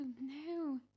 No